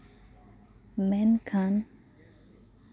ᱢᱮᱱᱠᱷᱟᱱ